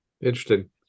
Interesting